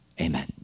Amen